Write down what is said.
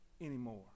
anymore